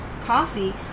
coffee